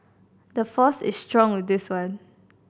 the force is strong with this one